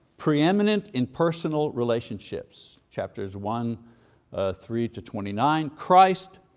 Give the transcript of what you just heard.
preeminent in personal relationships, chapters one three to twenty nine christ,